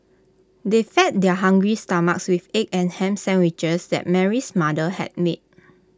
they fed their hungry stomachs with egg and Ham Sandwiches that Mary's mother had made